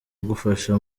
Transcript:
ugufasha